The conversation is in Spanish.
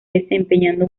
desempeñando